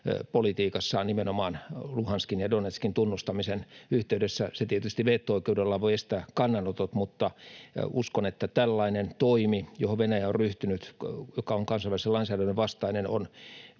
politiikassaan nimenomaan Luhanskin ja Donetskin tunnustamisen yhteydessä. Se tietysti veto-oikeudellaan voi estää kannanotot, mutta uskon, että tällainen toimi, johon Venäjä on ryhtynyt ja joka on kansainvälisen lainsäädännön vastainen, on